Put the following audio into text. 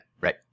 Right